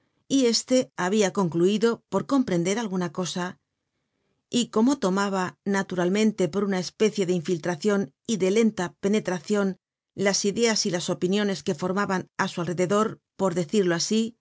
por comprender alguna cosa y como tomaba naturalmente por una especie de infiltracion y de lenta penetracion las ideas y las opiniones que formaban á su alrededor por decirlo asi